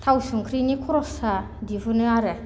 थाव संख्रिनि खरसा दिहुनो आरो